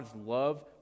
love